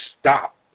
stop